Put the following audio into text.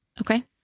Okay